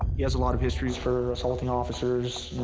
he has a lot of histories for assaulting officers,